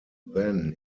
then